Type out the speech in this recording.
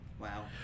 Wow